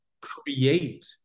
create